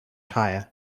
higher